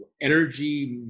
energy